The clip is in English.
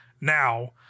now